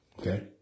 Okay